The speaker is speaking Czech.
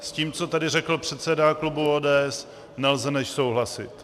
S tím, co tady řekl předseda klubu ODS, nelze než souhlasit.